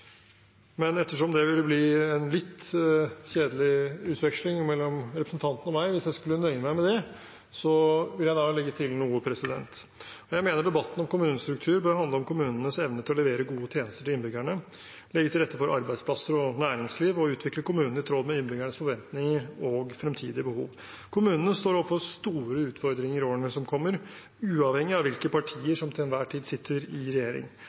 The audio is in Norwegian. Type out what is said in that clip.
men ettersom det ville blitt en litt kjedelig utveksling mellom representanten og meg, hvis jeg skulle nøye meg med det, vil jeg legge til noe. Jeg mener debatten om kommunestruktur bør handle om kommunenes evne til å levere gode tjenester til innbyggerne, legge til rette for arbeidsplasser og næringsliv og utvikle kommunene i tråd med innbyggernes forventninger og fremtidige behov. Kommunene står overfor store utfordringer i årene som kommer, uavhengig av hvilke partier som til enhver tid sitter i regjering.